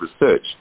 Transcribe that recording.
research